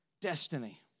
destiny